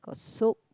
got soup